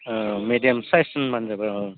अ मिदियाम साइस होनबानो जाबाय